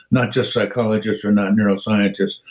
not just psychologists or not neuroscientists,